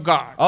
God